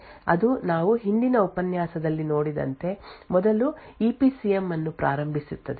ಆದ್ದರಿಂದ E A D D 2 ಕೆಲಸಗಳನ್ನು ಮಾಡುತ್ತದೆ ಅದು ನಾವು ಹಿಂದಿನ ಉಪನ್ಯಾಸದಲ್ಲಿ ನೋಡಿದಂತೆ ಮೊದಲು ಇ ಪಿ ಸಿ ಎಂ ಅನ್ನು ಪ್ರಾರಂಭಿಸುತ್ತದೆ